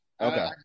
Okay